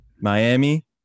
miami